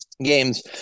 games